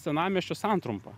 senamiesčio santrumpa